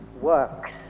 works